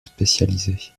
spécialisée